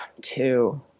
two